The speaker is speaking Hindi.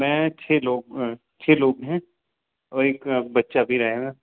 मैं छः लोग छः लोग हैं और एक बच्चा भी रहेगा